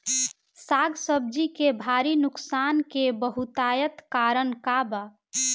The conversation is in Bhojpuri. साग सब्जी के भारी नुकसान के बहुतायत कारण का बा?